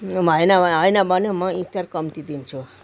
भएन होइन भने म स्टार कम्ती दिन्छु